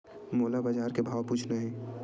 मोला बजार के भाव पूछना हे?